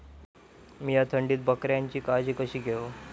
मीया थंडीत बकऱ्यांची काळजी कशी घेव?